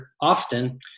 Austin